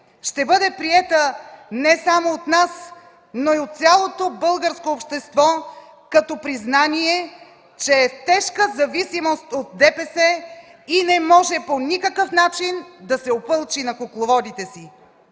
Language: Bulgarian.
ще бъде приета не само от нас, но и от цялото българско общество като признание, че е в тежка зависимост от ДПС и не може по никакъв начин да се опълчи на кукловодите си.